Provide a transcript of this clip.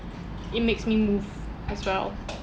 it makes me move as well